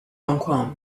状况